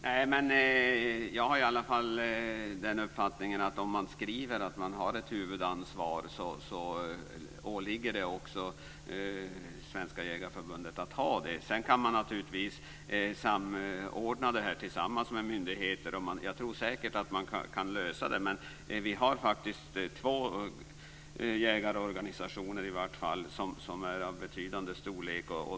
Fru talman! Jag har i alla fall den uppfattningen att om man skriver att det handlar om ett huvudansvar så åligger det också Svenska Jägareförbundet att ha detta. Sedan kan man naturligtvis samordna det här med myndigheter. Jag tror säkert att man kan lösa det. Vi har faktiskt i varje fall två jägarorganisationer av betydande storlek.